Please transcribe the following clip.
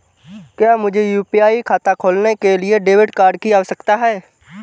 क्या मुझे यू.पी.आई खाता खोलने के लिए डेबिट कार्ड की आवश्यकता है?